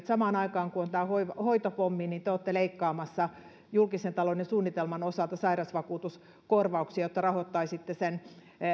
samaan aikaan kun on tämä hoitopommi niin te olette leikkaamassa julkisen talouden suunnitelman osalta sairausvakuutuskorvauksia jotta rahoittaisitte sen